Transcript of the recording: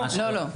ממש לא.